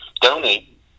donate